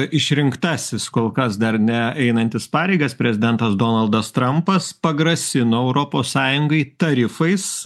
išrinktasis kol kas dar ne einantis pareigas prezidentas donaldas trampas pagrasino europos sąjungai tarifais